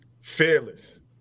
fearless